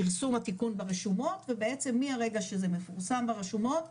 פרסום התיקון ברשומות ובעצם מהרגע שזה מפורסם ברשומות,